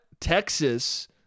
Texas